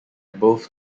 both